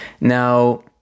Now